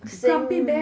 sing